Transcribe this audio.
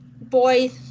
boy's